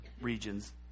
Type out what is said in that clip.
regions